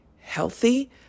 healthy